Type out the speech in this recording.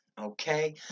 okay